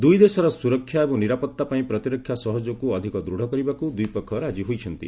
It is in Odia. ଦୁଇ ଦେଶର ସୁରକ୍ଷା ଏବଂ ନିରାପତ୍ତା ପାଇଁ ପ୍ରତିରକ୍ଷା ସହଯୋଗକୁ ଅଧିକ ଦୂଡ଼ କରିବାକୁ ଦ୍ୱିପକ୍ଷ ରାଜି ହୋଇଛନ୍ତି